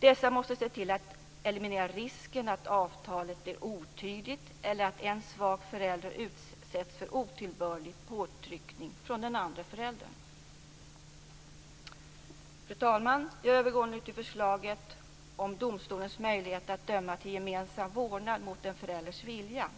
Dessa måste se till att eliminera risken att avtalet blir otydligt eller att en svag förälder utsätts för otillbörlig påtryckning från den andre föräldern. Fru talman! Jag övergår nu till förslaget om domstolens möjlighet att döma till gemensam vårdnad mot en förälders vilja.